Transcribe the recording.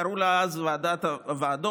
קראו לה אז ועדת הוועדות,